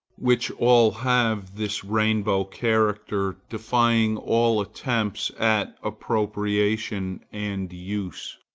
which all have this rainbow character, defying all attempts at appropriation and use.